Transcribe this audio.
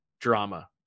drama